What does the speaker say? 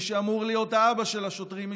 מי שאמור להיות האבא של השוטרים,